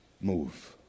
move